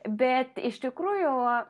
bet iš tikrųjų